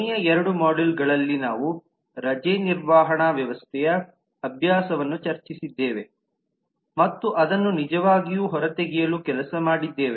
ಕೊನೆಯ ಎರಡು ಮಾಡ್ಯೂಲ್ಗಳಲ್ಲಿ ನಾವು ರಜೆ ನಿರ್ವಹಣಾ ವ್ಯವಸ್ಥೆಯ ಅಭ್ಯಾಸವನ್ನು ಚರ್ಚಿಸಿದ್ದೇವೆ ಮತ್ತು ಅದನ್ನು ನಿಜವಾಗಿ ಹೊರತೆಗೆಯಲು ಕೆಲಸ ಮಾಡಿದ್ದೇವೆ